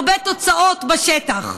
להרבה תוצאות בשטח.